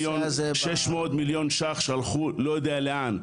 600 מיליון ₪ שהלכו לא יודע לאן,